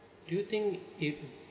do you think if